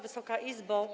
Wysoka Izbo!